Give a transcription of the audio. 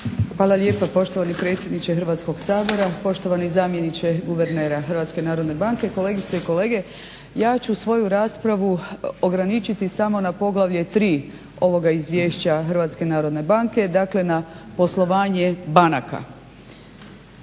Hvala lijepa poštovani predsjedniče Hrvatskog sabora, poštovani zamjeniče guvernera HNB, kolegice i kolege. Ja ću u svoju raspravu ograničiti samo na poglavlje 3. ovog izvješća HNB, dakle na poslovanje banaka.